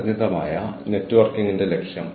അതാണ് ടീമിന്റെ ഫലം